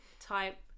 type